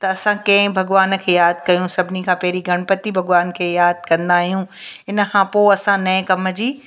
त असां कंहिं भॻवान खे यादि कयूं सभिनी खां पहिरीं गणपति भॻवान खे यादि कंदा आहियूं इन खां पोइ असां नएं कम जी